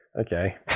okay